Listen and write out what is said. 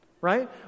right